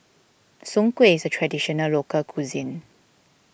Soon Kuih is a Traditional Local Cuisine